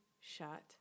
shut